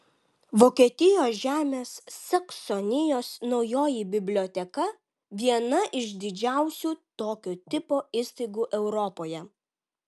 vokietijos žemės saksonijos naujoji biblioteka viena iš didžiausių tokio tipo įstaigų europoje